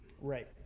Right